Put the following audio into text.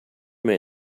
may